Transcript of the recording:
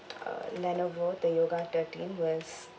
uh Lenovo the yoga thirteen was